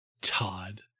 Todd